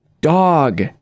Dog